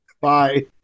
Bye